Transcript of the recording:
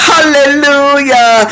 Hallelujah